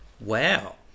Wow